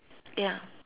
ya